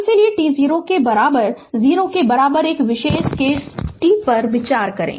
Refer Slide Time 1050 अब इसलिए t0 के बराबर 0 के बराबर एक विशेष केस t पर विचार करें